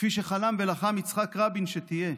כפי שחלם ולחם יצחק רבין שתהיה,